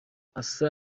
asa